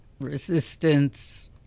resistance